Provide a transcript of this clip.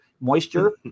moisture